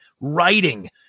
writing